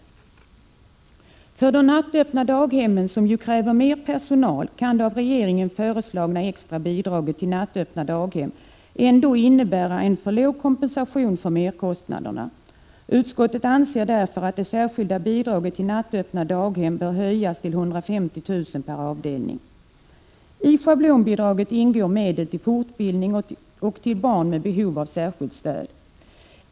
När det gäller de nattöppna daghemmen, som ju kräver mer personal, kan det av regeringen föreslagna extra bidraget till nattöppna daghem ändå innebära en för låg kompensation för merkostnaderna. Utskottet anser därför att det särskilda bidraget till nattöppna daghem bör höjas till 150 000 kr. per avdelning. I schablonbidraget ingår medel till fortbildning och till barn med behov av särskilt stöd.